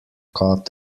caught